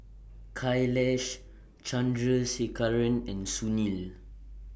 Kailash Chandrasekaran and Sunil